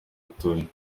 atuye